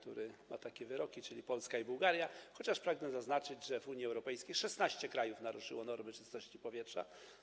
Takie wyroki wydano wobec Polski i Bułgarii, chociaż pragnę zaznaczyć, że w Unii Europejskiej 16 krajów naruszyło normy czystości powietrza.